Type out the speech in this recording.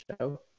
show